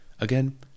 Again